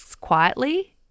quietly